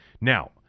Now